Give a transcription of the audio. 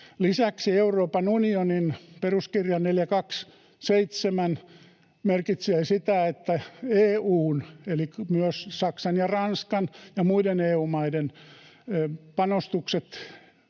Lisäksi Euroopan unionin peruskirja 42.7 merkitsee sitä, että EU:n — eli myös Saksan ja Ranskan ja muiden EU-maiden — panostukset